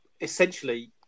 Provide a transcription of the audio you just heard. essentially